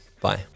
Bye